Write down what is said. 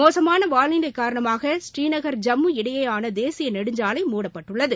மோசமான வாளிலை காரணமாக ஸ்ரீநகர் ஜம்மு இடையேயான தேசிய நெடுஞ்சாலை மூடப்பட்டுள்ளது